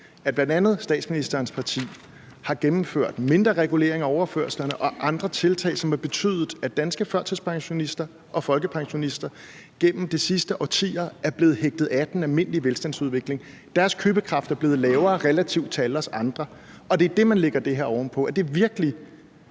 at bl.a. statsministerens parti har gennemført mindre regulering af overførslerne og andre tiltag, som har betydet, at danske førtidspensionister og folkepensionister gennem de sidste årtier er blevet hægtet af den almindelige velstandsudvikling. Deres købekraft er blevet lavere relativt til alle os andre, og det er det, man lægger det her oven på. Er det virkelig